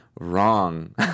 wrong